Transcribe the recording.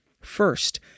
First